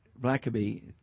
Blackaby